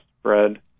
spread